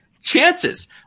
chances